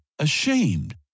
ashamed